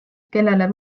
kellele